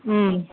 ம்